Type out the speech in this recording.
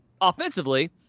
Offensively